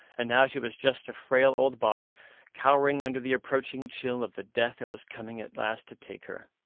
and now she was just a frail old body cowering under the approaching chill of the death that was coming at last to take her.